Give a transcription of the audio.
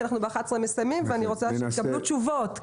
כי ב-11:00 אנחנו מסיימים ואני רוצה שתקבלו תשובות.